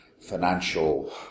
financial